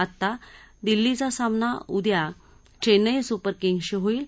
आता दिल्लीचा सामना उद्या चेन्नई सुपर किंग्जशी होईल